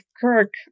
Kirk